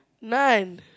none